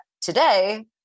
today